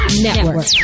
Network